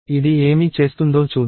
ఇది ఏమి చేస్తుందో చూద్దాం